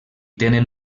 tenen